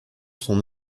son